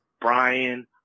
Brian